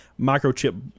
Microchip